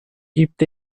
gibt